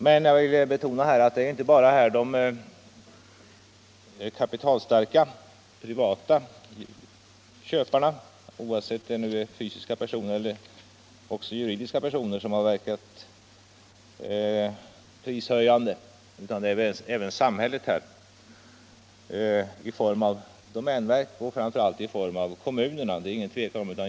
Men jag vill 105 betona att det inte bara är de kapitalstarka privata köparna, oavsett om det är fysiska eller juridiska personer, som här medverkat till prishöjningarna. Även samhället genom domänverket och framför allt kommunerna har gjort det.